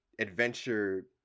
Adventure